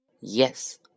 Yes